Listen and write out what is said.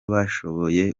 bashoboye